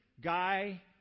guy